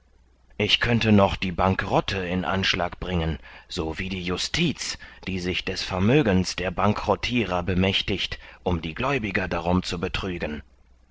ich könnte noch die bankerotte in anschlag bringen so wie die justiz die sich des vermögens der bankerottirer bemächtigt um die gläubiger darum zu betrügen